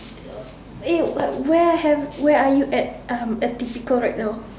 eh where have where are you at um atypical right now